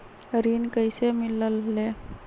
ऋण कईसे मिलल ले?